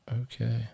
Okay